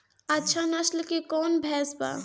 अच्छा नस्ल के कौन भैंस बा?